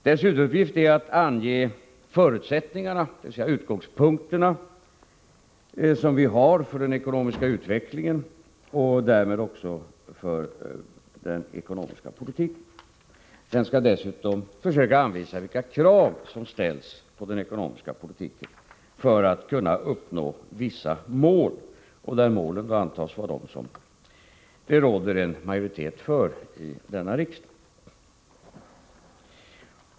Dess huvuduppgift är att ange de förutsättningar, dvs. de utgångspunkter, vi har för den ekonomiska utvecklingen och därmed också för den ekonomiska politiken. Långtidsutredningen skall dessutom försöka anvisa vilka krav som ställs på den ekonomiska politiken för att man skall kunna uppnå vissa mål, och dessa antas då vara de mål som det råder en majoritet för i denna riksdag.